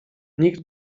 nikt